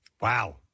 Wow